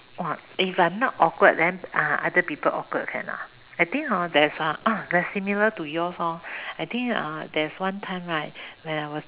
if I'm not awkward then uh other people awkward can or not I think hor there's ah oh that's similar to yours hor I think uh there's one time right when I was